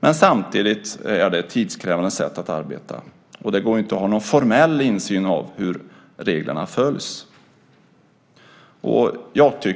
Men samtidigt är det ett tidskrävande sätt att arbeta, och det går inte att ha någon formell insyn i hur reglerna följs.